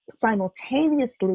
simultaneously